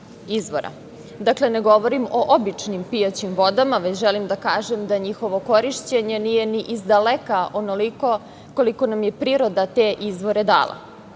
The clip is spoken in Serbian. Dakle, ne govorim o običnim pijaćim vodama, već želim da kažem da njihovo korišćenje nije ni izdaleka onoliko koliko nam je priroda te izvore dala. Jedan